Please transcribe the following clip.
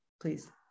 please